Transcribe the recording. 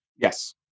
Yes